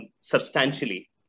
substantially